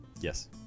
Yes